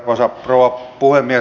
arvoisa rouva puhemies